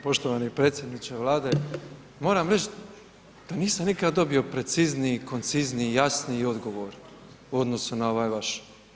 Poštovani predsjedniče Vlade, moram reći da nisam nikad dobio precizniji, koncizniji, jasniji odgovor u odnosu na ovaj vaš.